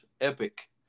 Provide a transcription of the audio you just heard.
epic